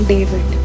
David